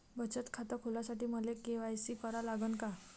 बचत खात खोलासाठी मले के.वाय.सी करा लागन का?